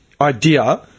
idea